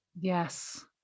Yes